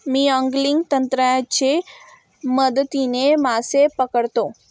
मी angling तंत्राच्या मदतीने मासे पकडतो